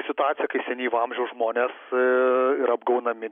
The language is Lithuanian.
situacija kai senyvo amžiaus žmonės yra apgaunami